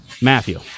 Matthew